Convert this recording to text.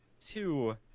two